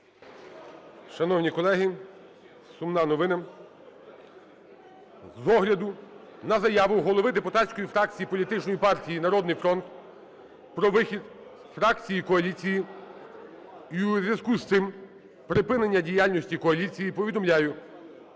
сумна новина. З огляду на заяву голови депутатської фракції політичної партії "Народний фронт" про вихід фракції з коаліції, і у зв’язку з цим припинення діяльності коаліції повідомляю,